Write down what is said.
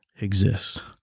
exist